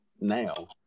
now